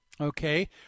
Okay